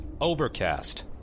Overcast